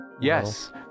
Yes